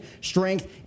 strength